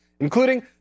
including